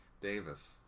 Davis